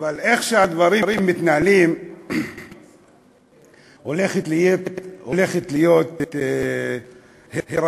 אבל איך שהדברים מתנהלים הולך להיות היריון